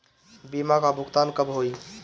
बीमा का भुगतान कब होइ?